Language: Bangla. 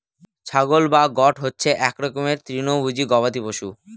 ছাগল বা গোট হচ্ছে এক রকমের তৃণভোজী গবাদি পশু